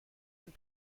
and